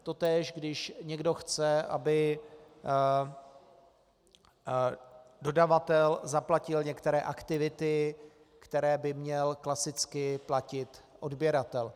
Totéž když někdo chce, aby dodavatel zaplatil některé aktivity, které by měl klasicky platit odběratel.